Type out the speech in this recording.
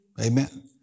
Amen